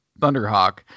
Thunderhawk